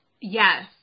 Yes